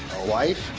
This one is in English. a wife.